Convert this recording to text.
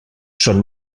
són